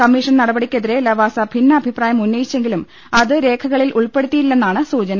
commission നടപടിക്കെതിരെ ലവാസ ഭിന്നഭി പ്രായം ഉന്നയിച്ചെങ്കിലും അത് രേഖകളിൽ ഉൾപ്പെടുത്തിയില്ലെ ന്നാണ് സൂചന